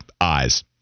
eyes